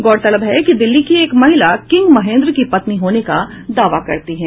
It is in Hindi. गौरतलब है कि दिल्ली की एक महिला किंग महेंद्र की पत्नी होने का दावा करती है